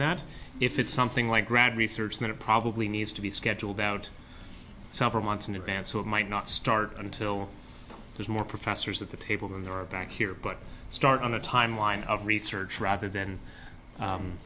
that if it's something like grand research then it probably needs to be scheduled out several months in advance so it might not start until there's more professors at the table than there are back here but start on a time line of research rather than